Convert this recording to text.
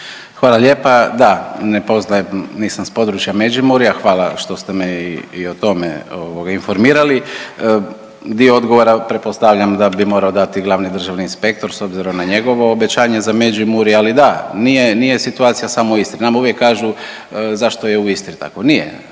Hvala lijepa. Da, ne poznajem, nisam sa područja Međimurja. Hvala što ste me i o tome informirali. Dio odgovora pretpostavljam da bi morao dati glavni državni inspektor s obzirom na njegovo obećanje za Međimurje. Ali da, nije situacija samo u Istri. Nama uvijek kažu zašto je u Istri tako. Nije